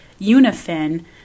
unifin